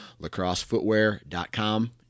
lacrossefootwear.com